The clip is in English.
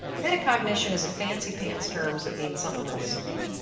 metacognition is a fancy pants term that means something real simple